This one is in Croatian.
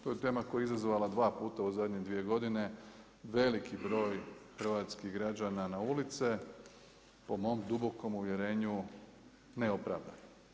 To je tema koja je izazvala dva puta u zadnje dvije godine veliki broj hrvatskih građana na ulice po mom dubokom uvjerenju neopravdano.